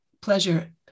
pleasure